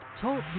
Talk